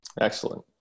Excellent